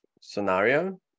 scenario